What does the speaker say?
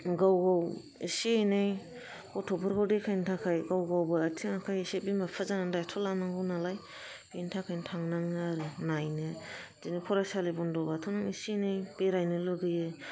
गाव गाव एसे एनै गथ'फोरखौ देखायनो थाखाय गाव गावबो आथिं आखाय एसे बिमा बिफा जानानै दाइथ' लानांगौ नालाय बेनि थाखायनो थांनाङो आरो नायनो बिदि फरायसालि बन्द'बाथ' नों एसे एनै बेरायनो लुगैयो